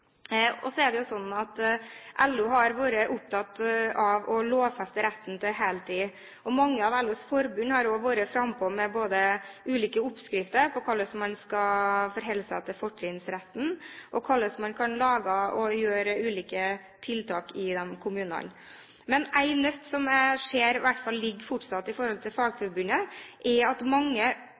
LO har vært opptatt av å lovfeste retten til heltid. Mange av LOs forbund har også vært frampå med både ulike oppskrifter på hvordan man skal forholde seg til fortrinnsretten, og hvordan man kan lage strategier og komme med ulike tiltak i sine kommuner. Men én nøtt som jeg i hvert fall ser fortsatt ligger der for Fagforbundet, er at mange